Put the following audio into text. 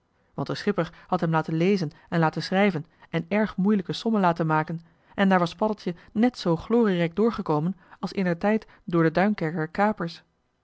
want de schipper had hem laten lezen en laten schrijven en erg moeilijke sommen laten maken en daar was paddeltje net zoo glorierijk doorgekomen als indertijd door de duinkerker kapers